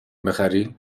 بخری